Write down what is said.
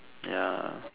ya